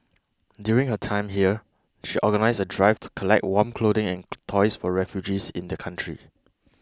during her time here she organised a drive to collect warm clothing and toys for refugees in the country